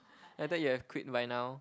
I thought you have quit by now